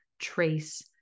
trace